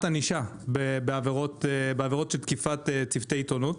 ענישה בעבירות של תקיפת צוותי עיתונות.